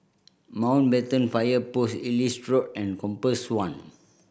Mountbatten Fire Post Ellis and Compass One